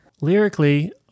Lyrically